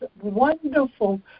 wonderful